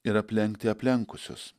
ir aplenkti aplenkusius